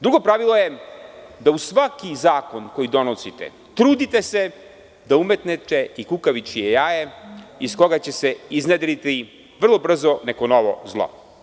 Drugo pravilo je da se uz svaki zakon koji donosite trudite da umetnete i kukavičije jaje iz koga će se iznedriti vrlo brzo neko novo zlo.